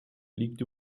liegt